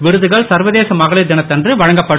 விருதுகள் சர்வதேச மகளிர் தினத்தன்று வழங்கப்படும்